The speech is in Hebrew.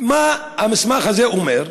מה המסמך הזה אומר.